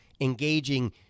engaging